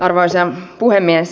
arvoisa puhemies